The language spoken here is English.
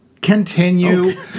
Continue